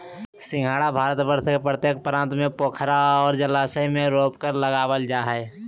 सिंघाड़ा भारतवर्ष के प्रत्येक प्रांत में पोखरा और जलाशय में रोपकर लागल जा हइ